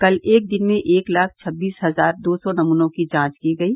कल एक दिन में एक लाख छब्बीस हजार दो सौ नमूनों की जांच की गयी